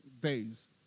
days